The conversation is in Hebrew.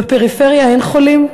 בפריפריה אין חולים?